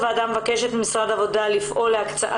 הוועדה מבקשת ממשרד העבודה לפעול להקצאת